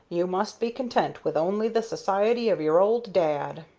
you must be content with only the society of your old dad.